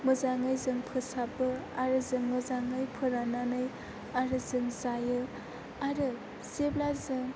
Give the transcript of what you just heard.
मोजाङै जों फोसाबो आरो जों मोजाङै फोराननानै जों जायो आरो जेब्ला जों